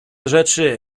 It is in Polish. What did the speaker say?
rzeczy